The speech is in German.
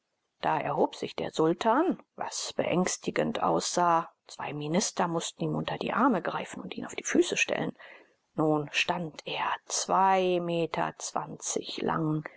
da erhob sich der sultan was beängstigend aussah zwei minister mußten ihm unter die arme greifen und ihn auf die füße stellen nun stand er zwei meter lang